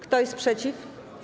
Kto jest przeciw?